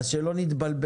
אז שלא נתבלבל.